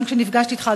גם כשנפגשתי אתך,